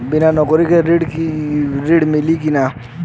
बिना नौकरी के ऋण मिली कि ना?